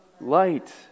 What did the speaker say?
light